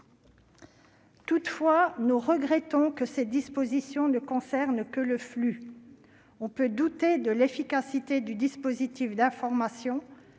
Toutefois, nous regrettons que ces dispositions ne concernent que le flux. On peut douter de l'efficacité du dispositif d'information